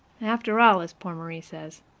after all, as poor marie says,